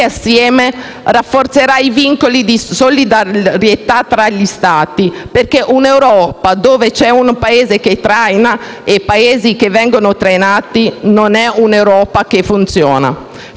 insieme rafforzerà i vincoli di solidarietà tra gli Stati, perché un'Europa dove c'è un Paese che traina e Paesi che vengono trainati non è un'Europa che funziona.